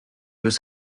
was